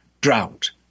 drought